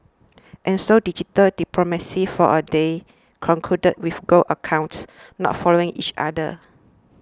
and so digital diplomacy for a day concluded with go accounts not following each other